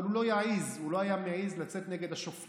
אבל הוא לא יעז, הוא לא היה מעז לצאת נגד השופטים.